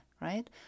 right